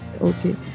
okay